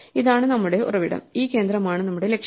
ഇതാണ് നമ്മുടെ ഉറവിടം ഈ കേന്ദ്രമാണ് നമ്മുടെ ലക്ഷ്യം